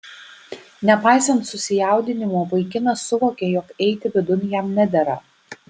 nepaisant susijaudinimo vaikinas suvokė jog eiti vidun jam nedera